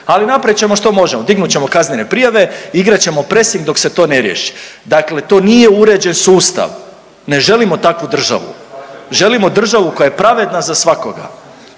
ali napravit ćemo što možemo. Dignut ćemo kaznene prijave i igrat ćemo pressing dok se to ne riješi. Dakle to nije uređen sustav, ne želimo takvu državu. Želimo državu koja je pravedna za svakoga.